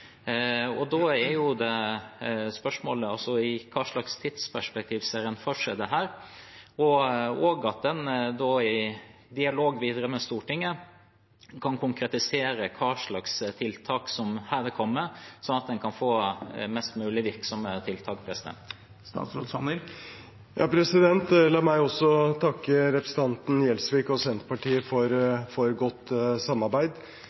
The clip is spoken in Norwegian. Da er spørsmålet: I hvilket tidsperspektiv ser man for seg dette? Og man må i videre dialog med Stortinget konkretisere hva slags tiltak som kommer, slik at man kan få mest mulig virksomme tiltak. La meg også takke representanten Gjelsvik og Senterpartiet for godt samarbeid.